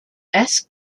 esk